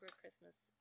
Christmas